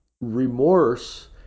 remorse